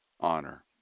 honor